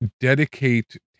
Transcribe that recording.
dedicate